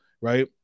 right